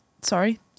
sorry